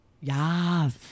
Yes